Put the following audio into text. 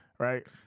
Right